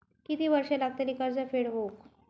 किती वर्षे लागतली कर्ज फेड होऊक?